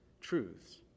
truths